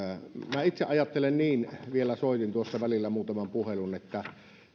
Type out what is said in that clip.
minä itse ajattelen niin vielä soitin tuossa välillä muutaman puhelun että